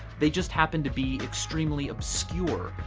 they just happen to be extremely obscure,